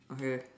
okay